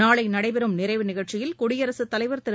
நாளை நடைபெறும் நிறைவு நிகழ்ச்சியில் குடியரசுத் தலைவர் திரு